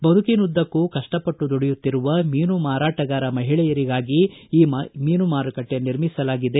ಬದುಕಿನುದ್ದಕ್ಕೂ ಕಷ್ಲಪಟ್ಟು ದುಡಿಯುತ್ತಿರುವ ಮೀನು ಮಾರಾಟಗಾರ ಮಹಿಳೆಯರಿಗಾಗಿ ಈ ಮೀನು ಮಾರುಕಟ್ಲೆ ನಿರ್ಮಿಸಲಾಗಿದೆ